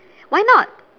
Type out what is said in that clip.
why not